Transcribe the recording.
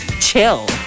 chill